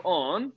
on